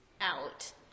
out